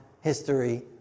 history